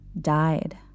died